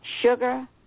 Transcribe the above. Sugar